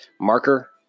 marker